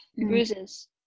bruises